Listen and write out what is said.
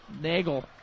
Nagel